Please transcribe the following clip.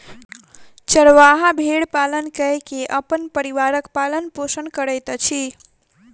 चरवाहा भेड़ पालन कय के अपन परिवारक पालन पोषण करैत अछि